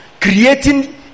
Creating